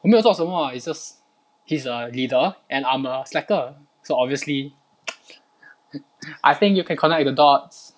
我没有做什么啊 is just he's a leader and I'm a slacker so obviously I think you can connect the dots